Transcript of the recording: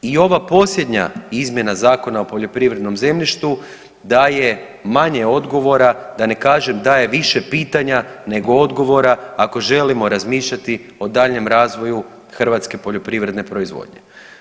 I ova posljednja izmjena Zakona o poljoprivrednom zemljištu daje manje odgovora da ne kažem daje više pitanja nego odgovora ako želimo razmišljati o daljnjem razvoju hrvatske poljoprivredne proizvodnje.